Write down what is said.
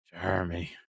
Jeremy